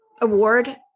award